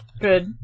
Good